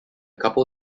couple